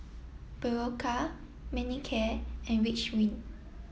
Berocca Manicare and Ridwind